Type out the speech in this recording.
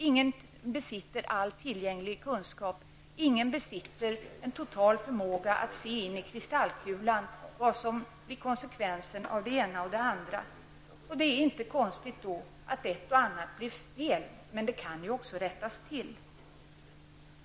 Ingen besitter all tillgänglig kunskap, och ingen besitter en total förmåga att se in i kristallkulan vad som blir konsekvensen av det ena eller det andra. Det är därför inte konstigt att ett och annat blir fel, men det kan ju också rättas till.